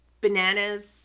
Bananas